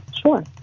sure